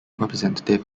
representative